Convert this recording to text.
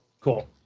Cool